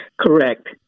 Correct